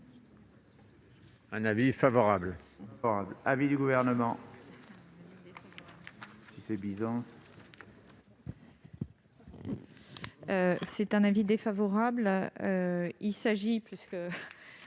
un avis favorable